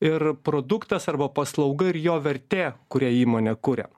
ir produktas arba paslauga ir jo vertė kurią įmonė kuria